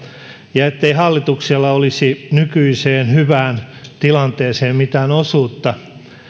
ja ettei hallituksella olisi nykyiseen hyvään tilanteeseen mitään osuutta